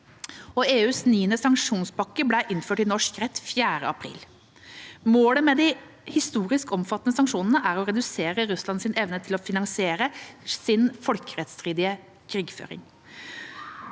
EUs tiende sanksjonspakke ble innført i norsk rett den 4. april. Målet med de historisk omfattende sanksjonene er å redusere Russlands evne til å finansiere sin folkerettsstridige krigføring.